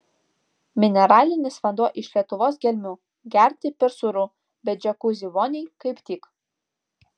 mineralinis vanduo iš lietuvos gelmių gerti per sūru bet džiakuzi voniai kaip tik